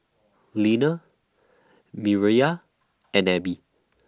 Leaner Mireya and Ebbie